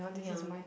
ya